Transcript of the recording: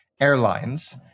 airlines